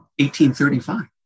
1835